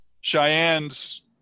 Cheyenne's